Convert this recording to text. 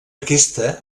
aquesta